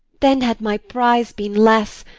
then had my prize been less,